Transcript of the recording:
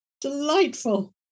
Delightful